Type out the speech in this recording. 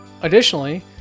additionally